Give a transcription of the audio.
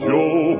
Joe